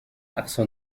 اقصا